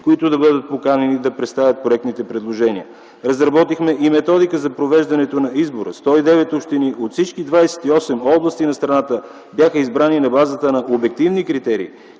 които да бъдат поканени да представят проектните предложения. Разработихме и методика за провеждането на избора – 109 общини от всички 28 области на страната бяха избрани на базата на обективни критерии